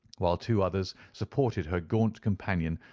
while two others supported her gaunt companion,